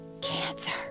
Cancer